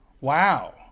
wow